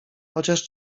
chociaż